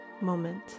moment